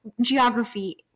geography